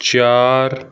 ਚਾਰ